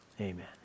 Amen